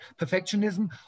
perfectionism